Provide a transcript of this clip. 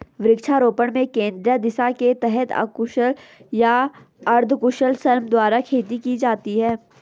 वृक्षारोपण में केंद्रीय दिशा के तहत अकुशल या अर्धकुशल श्रम द्वारा खेती की जाती है